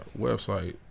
website